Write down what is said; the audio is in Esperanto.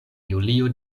julio